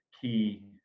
key